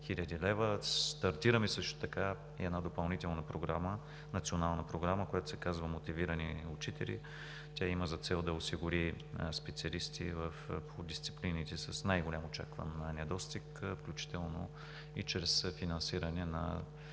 Стартираме също така и допълнителна национална програма, която се казва „Мотивирани учители“. Тя има за цел да осигури специалисти по дисциплините с най-голям очакван недостиг, включително и чрез финансиране на